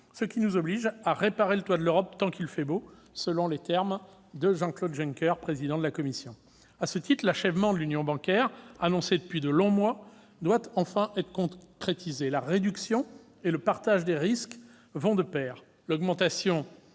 ce qui nous oblige à « réparer le toit de l'Europe tant qu'il fait beau », selon les termes de Jean-Claude Juncker, président de la Commission européenne. À ce titre, l'achèvement de l'union bancaire, annoncée depuis de longs mois, doit enfin être concrétisé. La réduction et le partage des risques vont de pair. L'augmentation